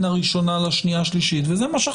הראשונה לשנייה שלישית וזה מה שאנחנו עושים.